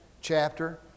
chapter